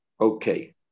Okay